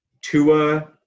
Tua